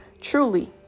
truly